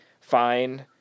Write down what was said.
fine